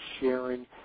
sharing